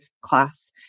class